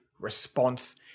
response